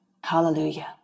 hallelujah